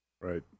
Right